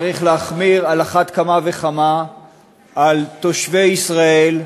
צריך להחמיר על אחת כמה וכמה עם תושבי ישראל,